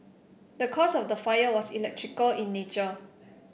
the cause of the fire was electrical in nature